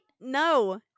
No